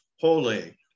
Holy